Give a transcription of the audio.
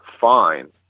fine